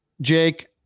Jake